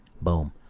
Boom